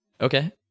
Okay